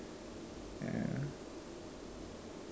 ya